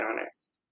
honest